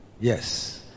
Yes